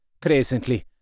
presently